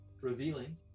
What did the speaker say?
revealing